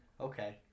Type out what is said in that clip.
okay